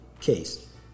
case